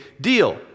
deal